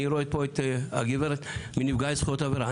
אני רואה פה את הגברת מנפגעי זכויות עבירה,